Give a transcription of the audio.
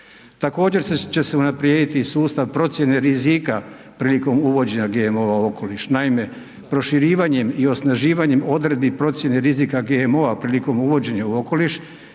Također će se unaprijediti i sustav procjene rizik prilikom uvođenja GMO-a u okoliš. Naime, proširivanjem i osnaživanjem odredbi procjene rizika GMO-a prilikom uvođenja u okoliš